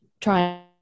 try